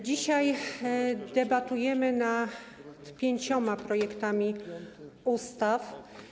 Dzisiaj debatujemy nad pięcioma projektami ustaw.